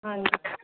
ਹਾਂਜੀ